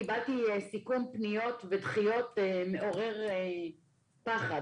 קיבלתי סיכום פניות ודחיות מעורר פחד,